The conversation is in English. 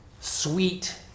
sweet